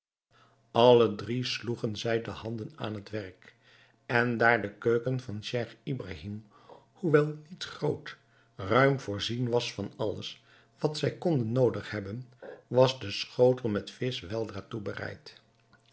alle drie sloegen zij de handen aan het werk en daar de keuken van scheich ibrahim hoewel niet groot ruim voorzien was van alles wat zij konden noodig hebben was de schotel met visch weldra